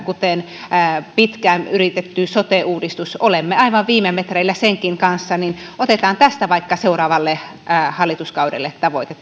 kuten pitkään yritettyä sote uudistusta olemme aivan viime metreillä senkin kanssa joten otetaan tästä maksukattojen yhdistämisestä vaikka seuraavalle hallituskaudelle tavoite